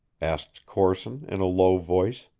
asked corson in a low voice.